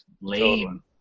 lame